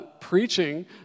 preaching